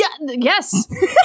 Yes